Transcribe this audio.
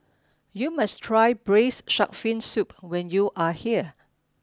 you must try Braised Shark Fin Soup when you are here